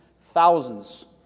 thousands